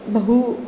बहु